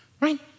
right